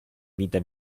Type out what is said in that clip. vita